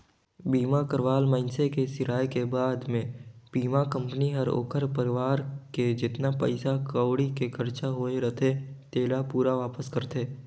बीमा करवाल मइनसे के सिराय के बाद मे बीमा कंपनी हर ओखर परवार के जेतना पइसा कउड़ी के खरचा होये रथे तेला पूरा वापस करथे